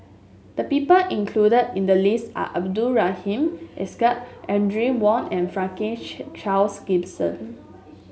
the people included in the list are Abdul Rahim Ishak Audrey Wong and Franklin Charles Gimson